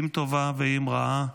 אם טובה ואם רעה,